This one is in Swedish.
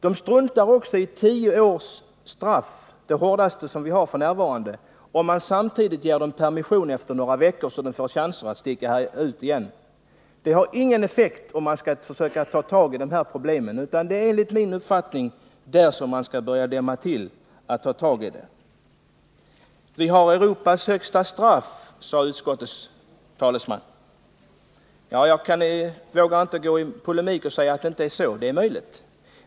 De struntar också i om de ådöms tioårigt straff — det hårdaste straffet som vi f. n. har — om de bara efter några veckor får permission, så att de får chansen att sticka. Det är enligt min uppfattning där som man skall börja täppa till, där som man skall ta tag i problemet. Vi har Europas strängaste straff, sade utskottets talesman, och det är möjligt. Jag vågar inte gå i polemik och säga att det inte är så.